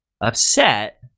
upset